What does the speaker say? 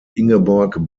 ingeborg